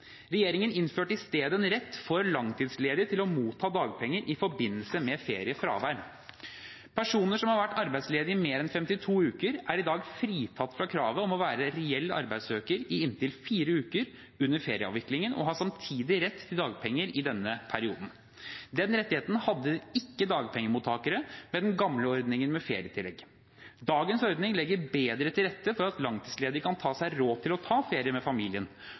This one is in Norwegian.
Regjeringen innførte i stedet en rett for langtidsledige til å motta dagpenger i forbindelse med feriefravær. Personer som har vært arbeidsledige i mer enn 52 uker, er i dag fritatt fra kravet om å være reell arbeidssøker i inntil fire uker under ferieavviklingen og har samtidig rett til dagpenger i denne perioden. Den rettigheten hadde ikke dagpengemottakerne med den gamle ordningen med ferietillegg. Dagens ordning legger bedre til rette for at langtidsledige kan ta seg råd til å ta ferie med familien